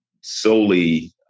solely